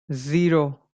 zero